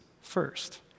first